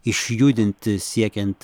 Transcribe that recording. išjudinti siekiant